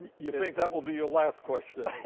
you think that will be your last question?